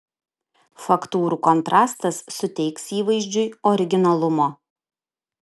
faktūrų kontrastas suteiks įvaizdžiui originalumo